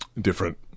different